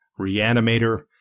Reanimator